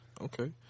Okay